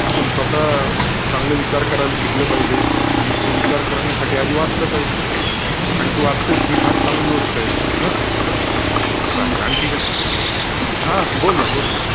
आपण स्वतः चांगले विचार करायला शिकलं पाहिजे आणि ते विचार करण्यासाठी आधी वाचलं पाहिजे आणि तू वाचतेस ही फार चांगली गोष्ट आहे हां चालेल आणखी काय हां बोल ना बोल ना